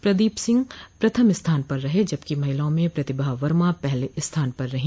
प्रदीप सिंह प्रथम स्थान पर रहे जबकि महिलाओं में प्रतिभा वर्मा पहले स्थान पर रहीं